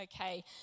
Okay